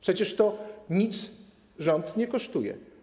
Przecież to nic rządu nie kosztuje.